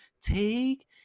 Take